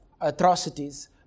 atrocities